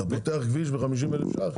אתה פותח כביש ו-50,000 שקלים?